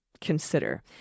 consider